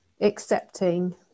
accepting